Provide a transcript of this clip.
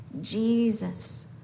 Jesus